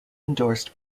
endorsed